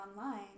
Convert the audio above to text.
online